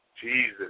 Jesus